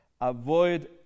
Avoid